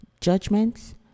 judgments